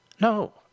No